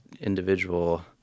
individual